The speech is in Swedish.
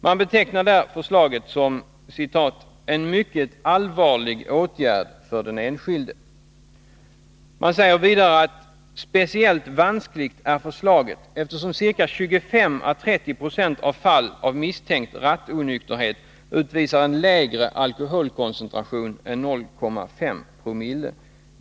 Man betecknar där förslaget som ”en mycket allvarlig åtgärd för den enskilde”. Man säger vidare: ”Speciellt vanskligt är förslaget eftersom ——— ca 25-30 Yo av fall av misstänkt rattonykterhet utvisar en lägre alkoholkoncentration än 0.5 promille.